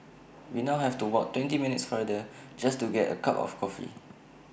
we now have to walk twenty minutes farther just to get A cup of coffee